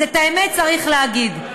אז את האמת צריך להגיד.